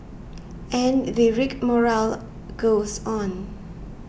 and the rigmarole goes on